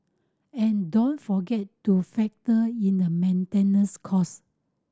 and don't forget to factor in a maintenance cost